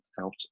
out